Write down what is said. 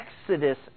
exodus